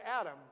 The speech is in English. Adam